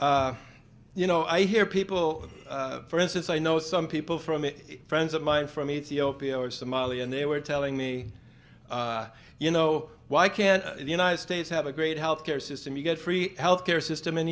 you know i hear people for instance i know some people from it friends of mine from ethiopia or somalia and they were telling me you know why can't the united states have a great health care system you get free health care system